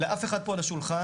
לאף אחד פה בשולחן,